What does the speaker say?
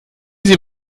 sie